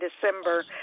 December